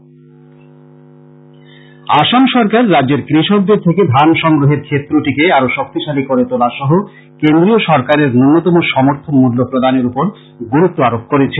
বিস্তারিত খবর আসাম সরকার রাজ্যের কৃষকদের থেকে ধান সংগ্রহের ক্ষেত্রটিকে আরো শক্তিশালী করে তোলা সহ কেন্দ্রীয় সরকারের নুন্যতম সমর্থন মূল্য প্রদানের ওপর গুরুতু আরোপ করেছে